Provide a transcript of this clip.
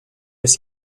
was